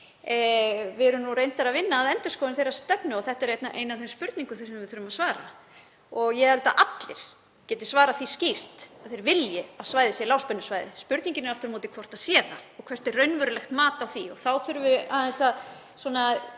Við erum reyndar að vinna að endurskoðun þeirrar stefnu og þetta er ein af þeim spurningum sem við þurfum að svara. Ég held að allir geti svarað því skýrt að þeir vilji að svæðið sé lágspennusvæði. Spurningin er aftur á móti hvort það sé það, hvert sé raunverulegt mat á því. Þá þurfum við líka aðeins að